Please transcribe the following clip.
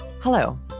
Hello